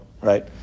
right